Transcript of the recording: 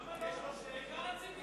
יש תקנון לכנסת.